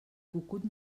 cucut